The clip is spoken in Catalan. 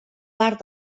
part